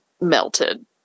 melted